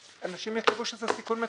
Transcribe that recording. אנשים יחשבו שזה סיכון מטורף.